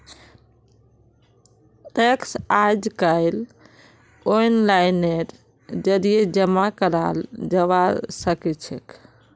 tax अइजकाल ओनलाइनेर जरिए जमा कराल जबा सखछेक